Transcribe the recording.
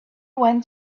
went